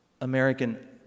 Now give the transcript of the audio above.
American